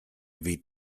weht